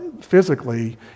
physically